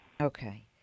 okay